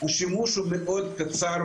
הוא מוסמך להחליט.